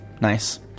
Nice